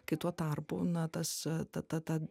kai tuo tarpu na tas ta ta ta